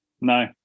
No